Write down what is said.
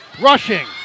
rushing